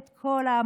את כל העמותות,